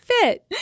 fit